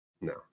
No